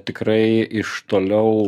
tikrai iš toliau